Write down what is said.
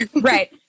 right